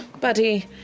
buddy